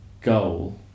goal